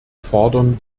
fordern